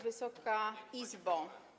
Wysoka Izbo!